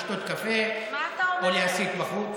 לשתות קפה או להסית בחוץ.